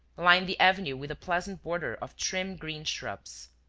line the avenue with a pleasant border of trim green shrubs.